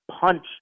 punch